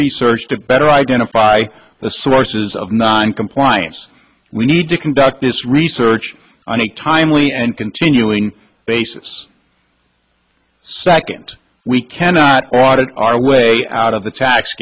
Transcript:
research to better identify the sources of noncompliance we need to conduct this research on a timely and continuing basis second we cannot audit our way out of the tax